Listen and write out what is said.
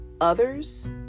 others